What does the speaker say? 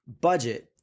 budget